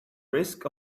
risk